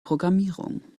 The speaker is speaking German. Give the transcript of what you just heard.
programmierung